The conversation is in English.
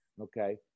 Okay